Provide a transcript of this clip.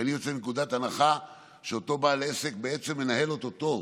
כי אני יוצא מנקודת הנחה שאותו בעל עסק בעצם מנהל אותו טוב,